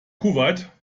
kuwait